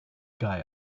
guy